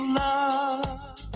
love